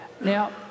Now